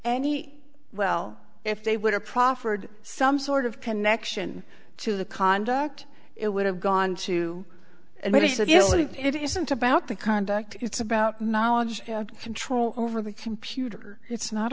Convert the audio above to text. any well if they would have proffered some sort of connection to the conduct it would have gone to and they said you know it isn't about the conduct it's about knowledge control over the computer it's not